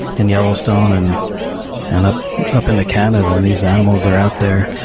in yellowstone and and up up into canada, and these animals are out there.